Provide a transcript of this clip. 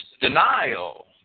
denial